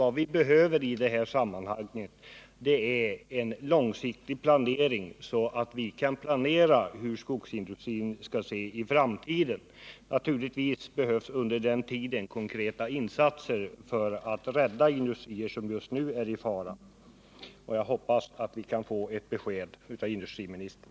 Vad vi behöver i det här sammanhanget är en långsiktig planering så att vi kan förbereda skogsindustrins framtida utseende. Naturligtvis behövs under den tiden konkreta insatser för att rädda industrier som just nu är i fara. Jag hoppas att vi kan få ett besked av industriministern.